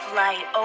light